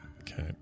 okay